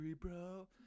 bro